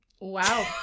Wow